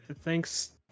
thanks